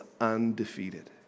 undefeated